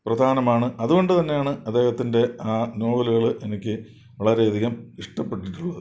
പ്രധാനമാണ് അതുകൊണ്ടുതന്നെയാണ് അദ്ദേഹത്തിൻ്റെ നോവലുകൾ എനിക്ക് വളരെയധികം ഇഷ്ടപ്പെട്ടിട്ടുള്ളത്